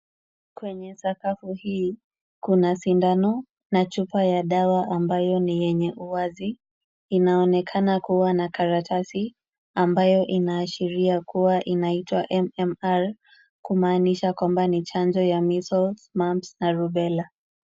Kwenye sakafu hii, kuna sindano na chupa ya dawa ambayo ni yenye uwazi. Inaonekana kuwa na karatasi, ambayo inaashiria kuwa inaitwa MMR, kumaanisha kwamba ni chanjo ya measles mumps na rubella.